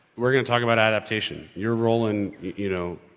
we're gonna talk about adaptation. your role in, you know.